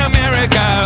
America